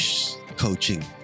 coaching